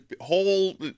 whole